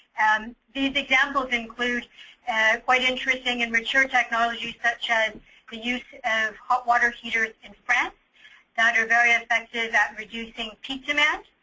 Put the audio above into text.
um these examples include quite interesting in mature technology such um the use of hot water heater in france that are very affected at reducing kitchenette.